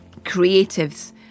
creatives